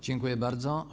Dziękuję bardzo.